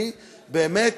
אני הסכמתי,